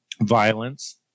violence